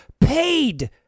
paid